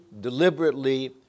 deliberately